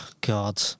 god